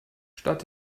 statt